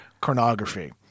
pornography